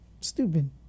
Stupid